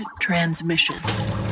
transmission